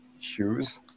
Shoes